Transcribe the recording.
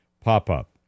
pop-up